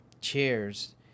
chairs